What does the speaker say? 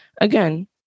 again